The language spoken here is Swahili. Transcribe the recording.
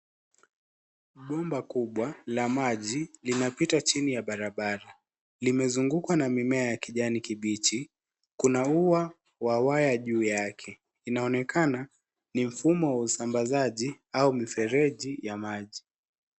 Bomba kubwa la maji linapita chini ya barabara. Limezungukwa na mimea ya rangi ya kijani kibichi. Kuna ua wa waya juu yake. Inaonekana ni mfumo wa usambazaji au mifereji ya maji.